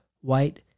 White